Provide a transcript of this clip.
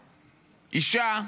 אישה,